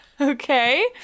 Okay